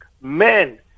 men